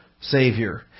Savior